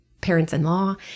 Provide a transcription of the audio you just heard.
parents-in-law